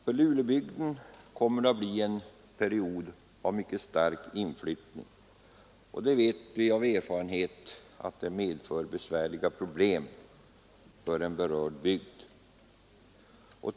För Lulebygden kommer det att bli en period av mycket stark inflyttning, och vi vet av erfarenhet att detta medför besvärliga problem för en berörd bygd.